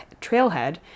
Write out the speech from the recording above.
trailhead